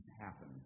happen